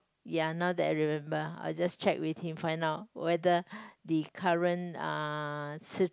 ya now that I remember I'll just check with him find out whether the current uh